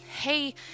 hey